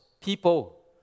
people